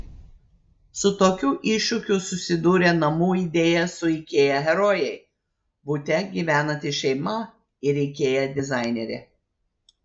su tokiu iššūkiu susidūrė namų idėja su ikea herojai bute gyvenanti šeima ir ikea dizainerė